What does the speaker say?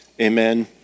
Amen